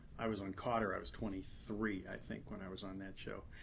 i was on kotter i was twenty three, i think, when i was on that show.